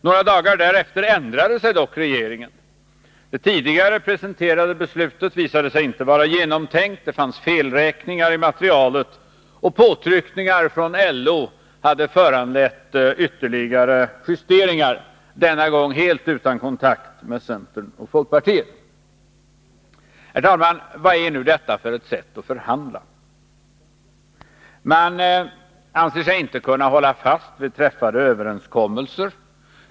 Några dagar därefter ändrade sig dock regeringen. Det tidigare presenterade beslutet visade sig inte vara genomtänkt. Det fanns felräkningar i materialet, och påtryckningar från LO hade föranlett ytterligare justeringar, denna gång helt utan kontakt med centern och folkpartiet. Herr talman! Vad är detta för ett sätt att förhandla? Man anser sig inte kunna hålla fast vid träffade överenskommelser.